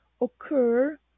occur